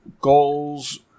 goals